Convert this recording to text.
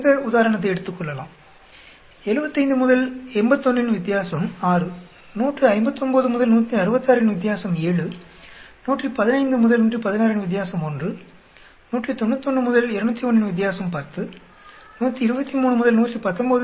இந்த உதாரணத்தை எடுத்துக்கொள்வோம் 75 81 ன் வித்தியாசம் 6 159 166 ன் வித்தியாசம் 7 115 116 ன் வித்தியாசம் 1 191 201 ன் வித்தியாசம் 10 123 119